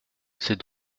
c’est